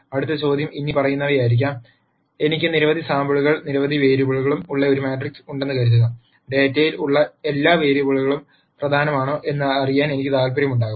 അടുത്ത ചോദ്യം ഇനിപ്പറയുന്നവയായിരിക്കാം എനിക്ക് നിരവധി സാമ്പിളുകളും നിരവധി വേരിയബിളുകളും ഉള്ള ഒരു മാട്രിക്സ് ഉണ്ടെന്ന് കരുതുക ഡാറ്റയിൽ ഉള്ള എല്ലാ വേരിയബിളുകളും പ്രധാനമാണോ എന്ന് അറിയാൻ എനിക്ക് താൽപ്പര്യമുണ്ടാകാം